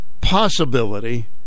possibility